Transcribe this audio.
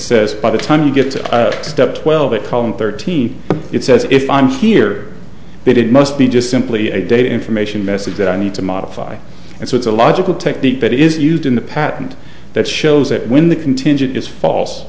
says by the time you get to step twelve it column thirteen it says if i'm here but it must be just simply a data information message that i need to modify and so it's a logical technique that is used in the patent that shows that when the contingent is false